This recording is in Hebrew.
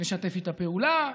נשתף איתה פעולה.